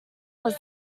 was